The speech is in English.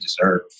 deserve